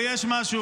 ויש משהו